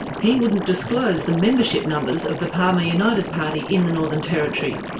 he wouldn't disclose the membership numbers of the palmer united party in the northern territory.